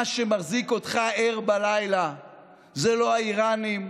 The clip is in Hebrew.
מה שמחזיק אותך ער בלילה זה לא האיראנים,